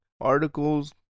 articles